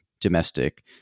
domestic